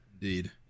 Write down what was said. Indeed